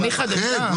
אני חדשה?